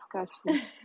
discussion